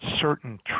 certain